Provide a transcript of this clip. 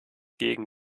gegen